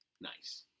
nice